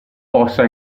possa